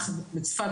בצפת,